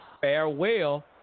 farewell